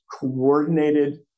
coordinated